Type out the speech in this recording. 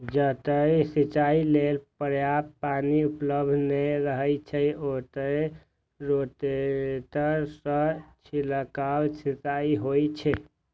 जतय सिंचाइ लेल पर्याप्त पानि उपलब्ध नै रहै छै, ओतय रोटेटर सं छिड़काव सिंचाइ होइ छै